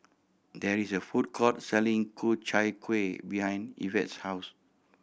there is a food court selling Ku Chai Kueh behind Evette's house